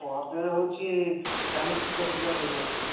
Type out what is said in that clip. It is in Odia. ପର ଡେ ହେଉଛି ଚାଳିଶ ପଚାଶ ହଜାର ହୋଇଯାଉଛି